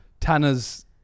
Tanner's